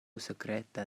sekreta